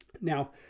Now